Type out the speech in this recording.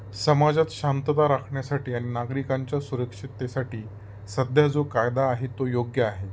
समाजात शांतता राखण्यासाठी आणि नागरिकांच्या सुरक्षिततेसाठी सध्या जो कायदा आहे तो योग्य आहे